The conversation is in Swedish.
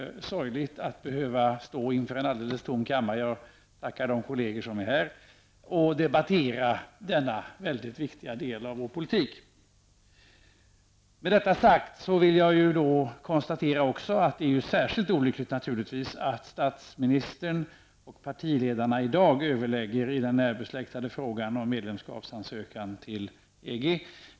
Det är sorgligt att behöva stå inför en tom kammare -- jag tackar de kollegor som är här -- och debattera denna viktiga del av vår politik. Det är naturligtvis särskilt olyckligt att statsministern och partiledarna i dag överlägger i den närbesläktade frågan om medlemskapsansökan till EG.